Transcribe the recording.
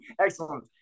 Excellent